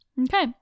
Okay